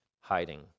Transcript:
Hiding